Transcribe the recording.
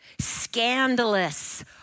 scandalous